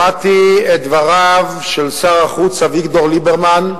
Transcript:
שמעתי את דבריו של שר החוץ אביגדור ליברמן,